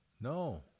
No